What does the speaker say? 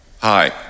Hi